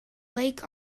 lake